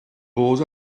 bod